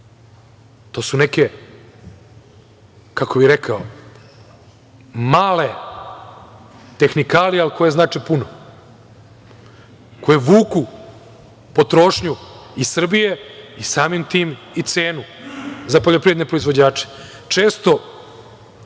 To su neke, kako bih rekao, male tehnikalije, ali koje znače puno, koje vuku potrošnju iz Srbije i samim tim i cenu za poljoprivredne proizvođače. Često